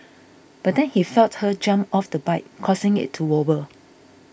but then he felt her jump off the bike causing it to wobble